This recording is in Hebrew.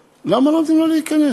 למה לא נותנים לו להיכנס?